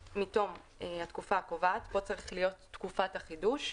התקופה הקובעת" פה צריך להיות תקופת החידוש,